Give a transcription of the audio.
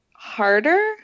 harder